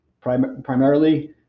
Primarily